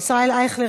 ישראל אייכלר,